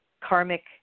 karmic